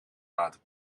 laten